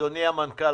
אדוני המנכ"ל,